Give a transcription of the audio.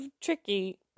tricky